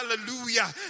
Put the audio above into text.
Hallelujah